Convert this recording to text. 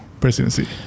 presidency